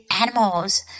animals